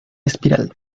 espiral